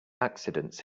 accidents